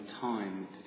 time